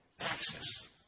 Access